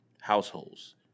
households